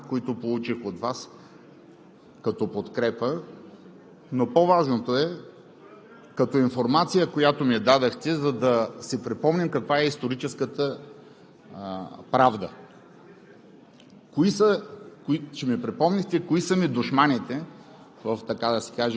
перверзия, ако не бяха хилядите писма, които получих от Вас, като подкрепа, но по-важното е като информация, която ми дадохте, за да си припомним каква е историческата правда,